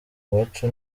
iwacu